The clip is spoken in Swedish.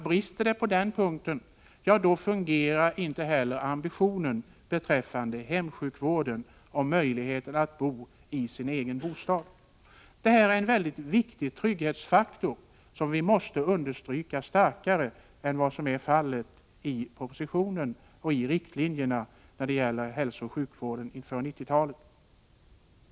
Brister det på den punkten fungerar inte heller ambitionerna beträffande hemsjukvården och möjligheten att bo i den egna bostaden. Det är en mycket viktig trygghetsfaktor som måste understrykas starkare än vad som är fallet i propositionen och i riktlinjerna när det gäller hälsooch sjukvården inför 1990-talet.